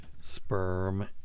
sperm